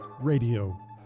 Radio